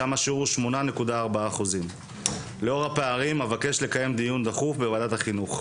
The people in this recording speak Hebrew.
שם השיעור הוא 8.4%. לאור הפערים אבקש לקיים דיון דחוף בוועדת החינוך.